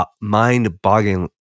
mind-boggling